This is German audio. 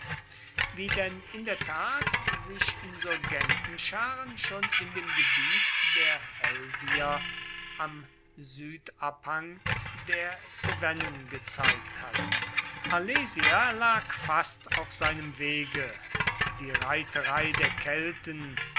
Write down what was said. wie denn in der tat sich insurgentenscharen schon in dem gebiet der helvier am südabhang der cevennen gezeigt hatten alesia lag fast auf seinem wege die reiterei der kelten